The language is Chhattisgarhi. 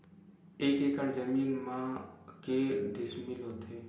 एक एकड़ जमीन मा के डिसमिल होथे?